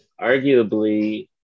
arguably